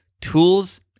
tools